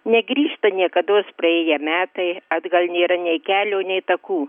negrįžta niekados praėję metai atgal nėra nei kelio nei takų